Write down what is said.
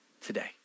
today